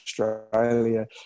Australia